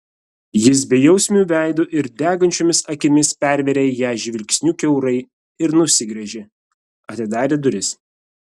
jis bejausmiu veidu ir degančiomis akimis pervėrė ją žvilgsniu kiaurai ir nusigręžė atidarė duris